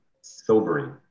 sobering